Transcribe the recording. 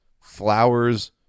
flowers